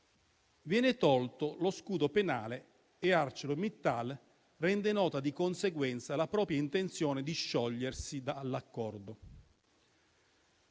viene tolto lo scudo penale e ArcelorMittal rende nota di conseguenza la propria intenzione di sciogliersi dall'accordo.